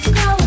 go